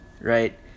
right